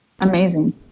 Amazing